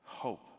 Hope